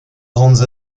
grandes